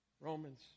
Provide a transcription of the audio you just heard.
Romans